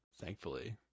thankfully